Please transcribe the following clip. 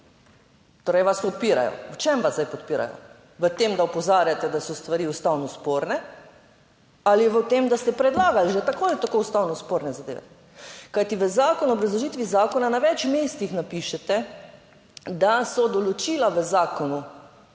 torej vas podpirajo. V čem vas zdaj podpirajo, v tem, da opozarjate, da so stvari ustavno sporne ali v tem, da ste predlagali že tako ali tako ustavno sporne zadeve? Kajti v zakonu, v obrazložitvi zakona na več mestih napišete, da so določila v zakonu